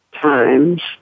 times